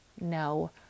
No